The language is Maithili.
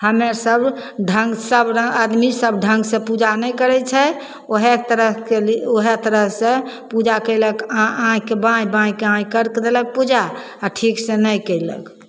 हमेसभ ढङ्ग सब रङ्ग आदमीसब ढङ्गसे पूजा नहि करै छै वएह तरहके लिए वएह तरहसे पूजा कएलक आँ आँइके बाँइ बाँइके आँइ करि तऽ देलक पूजा ठीकसे नहि कएलक